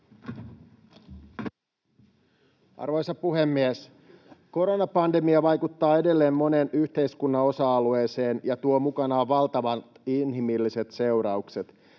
Arvoisa puhemies! Koronapandemia vaikuttaa edelleen moneen yhteiskunnan osa-alueeseen ja tuo mukanaan valtavat inhimilliset seuraukset.